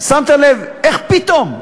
שמת לב איך פתאום,